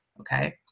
Okay